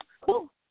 Cool